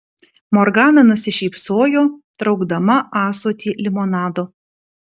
morgana nusišypsojo traukdama ąsotį limonado